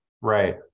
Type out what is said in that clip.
Right